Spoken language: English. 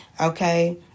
okay